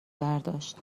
برداشت